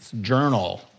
journal